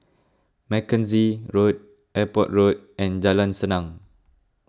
Mackenzie Road Airport Road and Jalan Senang